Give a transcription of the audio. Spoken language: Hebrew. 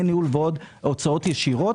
דמי ניהול והוצאות ישירות,